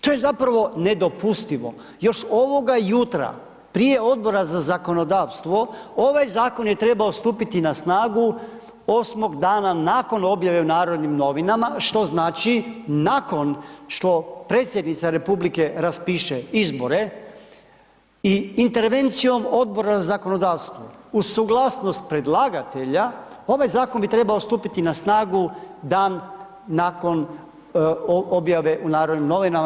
To je zapravo nedopustivo, još ovoga jutra prije Odbora za zakonodavstvo ovaj zakon je trebao stupiti na snagu 8 dana nakon objave u Narodnim novinama, što znači nakon što predsjednica Republike raspiše izbore i intervencijom Odbora za zakonodavstvo uz suglasnost predlagatelja ovaj zakon bi trebao stupiti na snagu dan nakon objave u Narodnim novinama.